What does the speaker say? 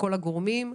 מכל הגורמים,